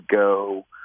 go